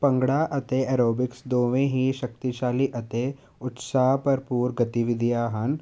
ਭੰਗੜਾ ਅਤੇ ਐਰੋਬਿਕਸ ਦੋਵੇਂ ਹੀ ਸ਼ਕਤੀਸ਼ਾਲੀ ਅਤੇ ਉਤਸ਼ਾਹ ਭਰਪੂਰ ਗਤੀਵਿਧੀਆਂ ਹਨ